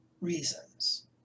reasons